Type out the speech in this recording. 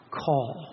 call